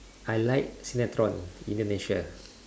I like sinetron indonesia